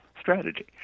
strategy